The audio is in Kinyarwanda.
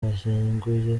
bashyinguye